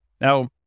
Now